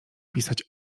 pisać